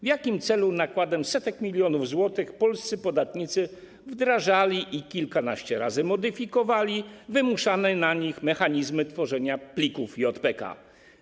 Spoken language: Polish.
W jakim celu nakładem setek milionów złotych polscy podatnicy wdrażali i kilkanaście razy modyfikowali wymuszane na nich mechanizmy tworzenia plików JPK?